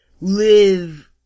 live